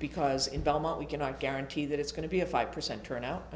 because in belmont we cannot guarantee that it's going to be a five percent turnout